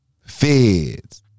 feds